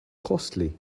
costly